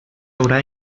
haurà